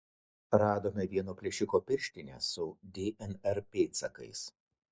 radome vieno plėšiko pirštines su dnr pėdsakais